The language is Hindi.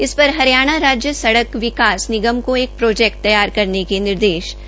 इस पर हरियाणा राज्य सडक विकास निगम को एक प्रोजेक्ट तैयार करने के निर्देश दिए गए है